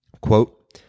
Quote